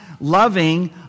loving